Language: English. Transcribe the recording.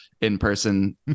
in-person